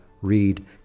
read